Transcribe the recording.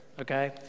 okay